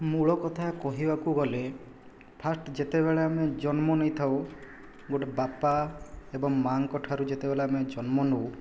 ମୂଳ କଥା କହିବାକୁ ଗଲେ ଫାଷ୍ଟ ଯେତେବେଳେ ଆମେ ଜନ୍ମ ନେଇଥାଉ ଗୋଟିଏ ବାପା ଏବଂ ମାଆଙ୍କଠାରୁ ଯେତେବେଲେ ଆମେ ଜନ୍ମ ନେଉ